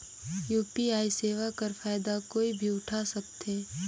UPI सेवा कर फायदा कोई भी उठा सकथे?